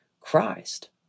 Christ